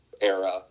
era